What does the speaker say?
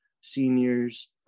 seniors